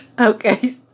Okay